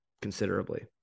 considerably